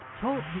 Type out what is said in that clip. Talk